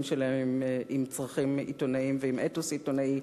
שלהם עם צרכים עיתונאיים ועם אתוס עיתונאי,